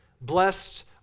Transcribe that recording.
Blessed